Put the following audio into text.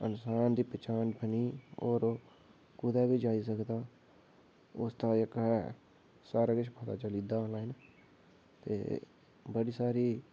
इन्सान दी पंछान बनी ते ओह् कुदै बी जाई सकदा उस दा जेह्का ऐ सारा किश पता चली जंदा ऐ ते बड़ी सारी